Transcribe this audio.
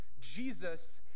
Jesus